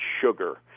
sugar